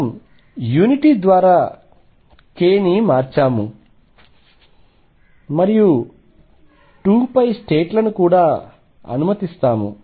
మనము యూనిటీ ద్వారా k ని మార్చాము మరియు 2 స్టేట్ లను కూడా అనుమతిస్తాము